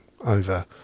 over